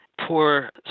poor